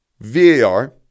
VAR